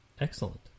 Excellent